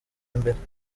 mbere